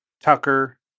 Tucker